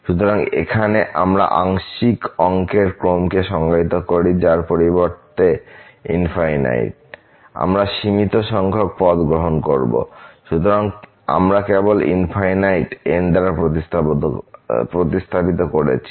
সুতরাং এখানে আমরা আংশিক অঙ্কের ক্রমকে সংজ্ঞায়িত করি যার পরিবর্তে আমরা সীমিত সংখ্যক পদ গ্রহণ করব সুতরাং আমরা কেবল n দ্বারা প্রতিস্থাপিত করেছি